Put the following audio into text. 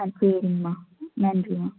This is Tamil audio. ஆ சரிங்மா நன்றிம்மா